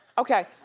okay,